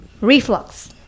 reflux